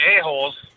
a-holes